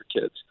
kids